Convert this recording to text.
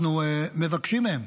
אנחנו מבקשים מהם